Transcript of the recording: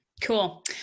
Cool